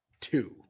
two